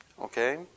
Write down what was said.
Okay